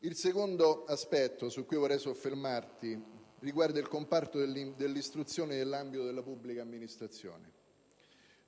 Il secondo aspetto su cui vorrei soffermarmi riguarda il comparto dell'istruzione nell'ambito della pubblica amministrazione.